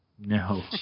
No